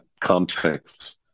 context